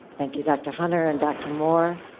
thank you, dr. hunter and dr. moore.